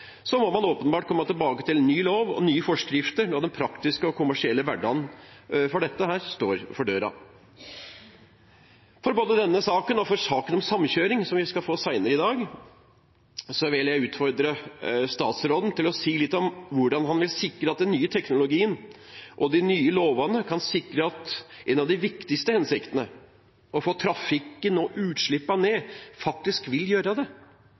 Så må man åpenbart komme tilbake til ny lov og nye forskrifter når den praktiske og kommersielle hverdagen for dette står for døra. I både denne saken og saken om samkjøring, som vi skal få senere i dag, vil jeg utfordre statsråden til å si litt om hvordan han vil sikre at den nye teknologien og de nye lovene kan sikre at en av de viktigste hensiktene, å få trafikken og utslippene ned, faktisk vil nås – og ikke igjen føre til mer trafikk, dersom mer veiplass blir tilgjengelig. Det